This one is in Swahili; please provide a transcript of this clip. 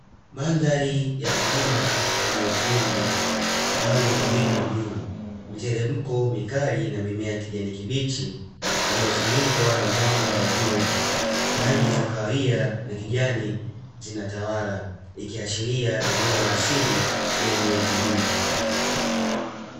Mandhari ya vilima yenye ukungu au mawingu juu, miteremko mikali na mimea ya kijani kibichi iliyofunikwa na mwanga wa jua, rangi za kahawaia na kijani zinatawala ikiashiria eneo la asili lenye vilima.